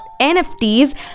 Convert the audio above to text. NFTs